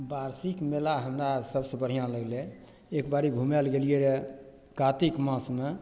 वार्षिक मेला हमरा सबसँ बढिआँ लगलै एकबारी घुमय लए गेलियै रऽ कातिक मासमे